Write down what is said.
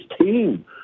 team